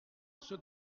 ceux